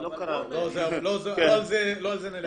--- לא על זה נלך לרב.